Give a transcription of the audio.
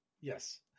Yes